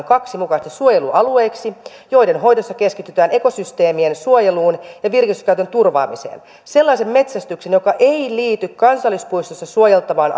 kaksi mukaisesti suojelualueiksi joiden hoidossa keskitytään ekosysteemien suojeluun ja virkistyskäytön turvaamiseen sellaisen metsästyksen joka ei liity kansallispuistossa suojeltavaan